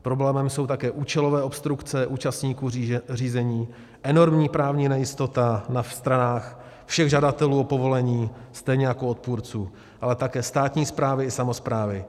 Problémem jsou také účelové obstrukce účastníků řízení, enormní právní nejistota na stranách všech žadatelů o povolení, stejně jako odpůrců, ale také státní správy i samosprávy.